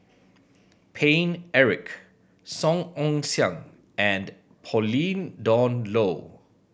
Paine Eric Song Ong Siang and Pauline Dawn Loh